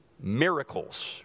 miracles